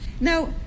Now